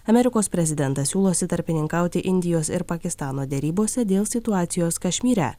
amerikos prezidentas siūlosi tarpininkauti indijos ir pakistano derybose dėl situacijos kašmyre